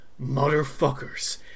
motherfuckers